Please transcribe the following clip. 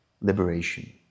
liberation